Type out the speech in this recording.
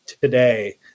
today